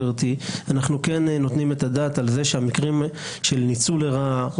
אנחנו כן נותנים את הדעת על זה שהמקרים של ניצול לרעה,